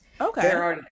Okay